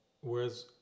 whereas